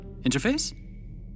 Interface